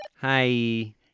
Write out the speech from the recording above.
Hi